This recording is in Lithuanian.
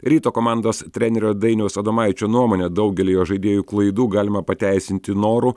ryto komandos trenerio dainiaus adomaičio nuomone daugeliojo žaidėjų klaidų galima pateisinti noru